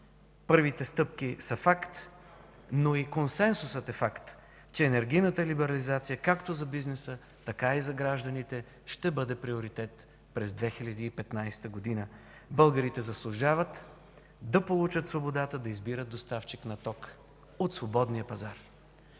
Първите стъпки са факт, но и консенсусът е факт, че енергийната либерализация както за бизнеса, така и за гражданите ще бъде приоритет през 2015 г. Българите заслужават да получат свободата да избират доставчик на ток от свободния пазар.